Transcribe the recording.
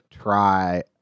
try